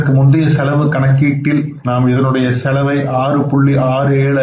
இதற்கு முந்தைய செலவு கணக்கீட்டில் நாம் இதனுடைய செலவை 6